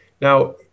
Now